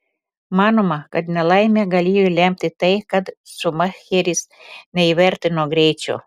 manoma kad nelaimę galėjo lemti tai kad šumacheris neįvertino greičio